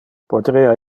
poterea